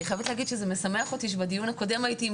אני חייבת להגיד שזה משמח אותי שבדיון הקודם הייתי יחד